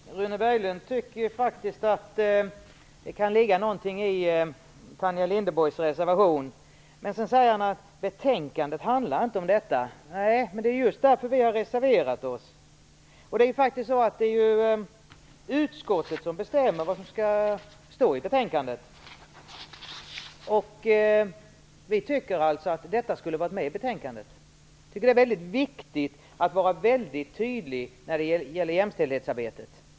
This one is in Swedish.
Herr talman! Rune Berglund tycker ju att det kan ligga någonting i Tanja Linderborgs reservation. Men sedan säger han att betänkandet inte handlar om detta. Nej, det är just därför som vi har reserverat oss. Det är ju utskottet som bestämmer vad som skall stå i betänkandet. Vi tycker att detta skulle ha varit med i betänkandet. Vi tycker det är viktigt att vara mycket tydlig när det gäller jämställdhetsarbetet.